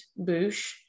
boosh